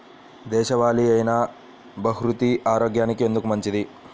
దేశవాలి అయినా బహ్రూతి ఆరోగ్యానికి ఎందుకు మంచిది?